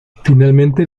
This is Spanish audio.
finalmente